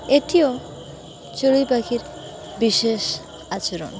এটিও চড়ুই পাখির বিশেষ আচরণ